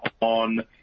on